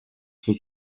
être